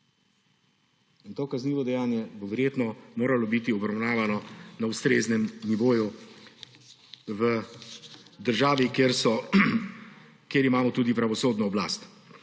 To kaznivo dejanje bo verjetno moralo biti obravnavano na ustreznem nivoju v državi, kjer imamo tudi pravosodno oblast.